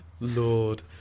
Lord